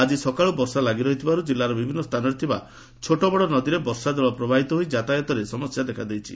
ଆକି ସକାଳୁ ବର୍ଷା ଲାଗିରହିଥିବାରୁ କିଲ୍ଲାର ବିଭିନ୍ନ ସ୍ଚାନରେ ଥିବା ଛୋଟବଡ଼ ନଦୀରେ ବର୍ଷା ଜଳ ପ୍ରବାହିତ ହୋଇ ଯାତାୟତରେ ସମସ୍ୟା ଦେଖାଦେଇଛି